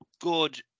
good